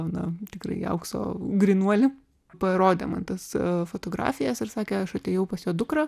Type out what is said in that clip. na tikrai aukso grynuolį parodė man tas fotografijas ir sakė aš atėjau pas jo dukrą